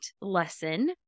lesson